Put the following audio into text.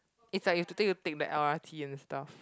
it's like you have to take take the L_R_T and stuff